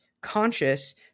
conscious